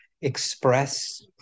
Express